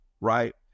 right